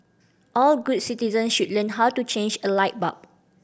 all good citizens should learn how to change a light bulb